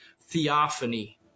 theophany